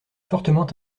fortement